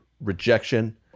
rejection